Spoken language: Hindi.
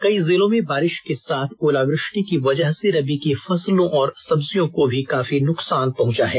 कई जिलों में बारिष के साथ ओलावृष्टि की वजह से रबी की फसलों और सब्जियों को भी काफी नुकसान पहुंचा है